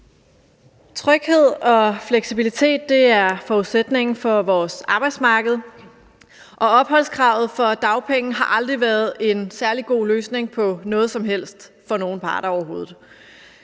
Tryghed og fleksibilitet er forudsætningen for vores arbejdsmarked, og opholdskravet for dagpenge har aldrig været en særlig god løsning på noget som helst for nogen parter